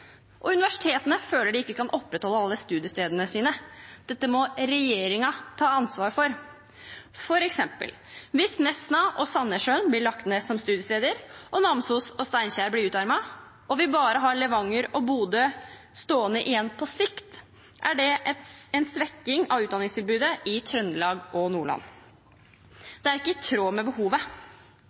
Universitetene føler de ikke kan opprettholde alle studiestedene sine. Dette må regjeringen ta ansvar for. For eksempel: Hvis Nesna og Sandnessjøen blir lagt ned som studiesteder, Namsos og Steinkjer blir utarmet og vi bare har Levanger og Bodø stående igjen på sikt, er det en svekking av utdanningstilbudet i Trøndelag og Nordland. Det er ikke i tråd med behovet.